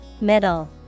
Middle